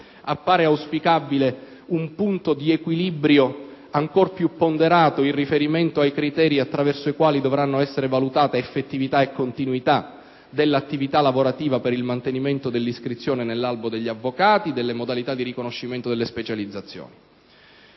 Appare auspicabile un punto di equilibrio ancor più ponderato in riferimento ai criteri attraverso i quali dovranno essere valutate effettività e continuità dell'attività lavorativa per il mantenimento dell'iscrizione nell'albo degli avvocati e delle modalità di riconoscimento delle specializzazioni.